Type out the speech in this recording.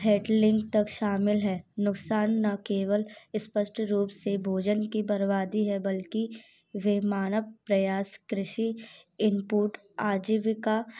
हेटलिंग तक शामिल है नुक़सान न केवल अस्पष्ट रूप से भोजन की बर्बादी है बल्कि वे मानव प्रयास कृषि इनपुट आजीविका